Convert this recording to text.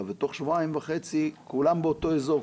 ובתוך שבועיים וחצי כולם באותו אזור,